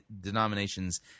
denominations